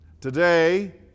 Today